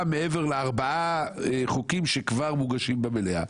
מעבר ל-4 חוקים שכבר מוגשים במליאה?